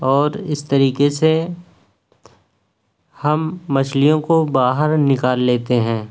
اور اس طریقے سے ہم مچھلیوں کو باہر نکال لیتے ہیں